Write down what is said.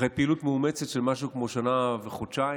אחרי פעילות מאומצת של משהו כמו שנה וחודשיים